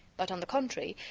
but, on the contrary,